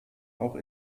auch